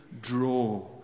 draw